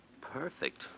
Perfect